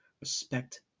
respect